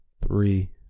Three